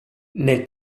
nel